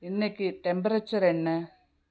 இன்னைக்கு டெம்ப்ரேச்சர் என்ன